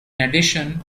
addition